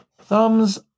thumbs